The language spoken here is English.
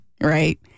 right